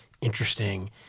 interesting